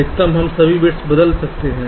अधिकतम हम सभी बिट्स को बदल सकते हैं